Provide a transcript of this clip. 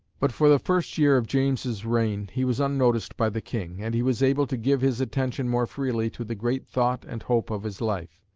but for the first year of james's reign he was unnoticed by the king, and he was able to give his attention more freely to the great thought and hope of his life.